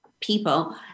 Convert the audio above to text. people